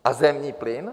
A zemní plyn?